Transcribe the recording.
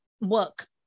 work